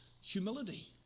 humility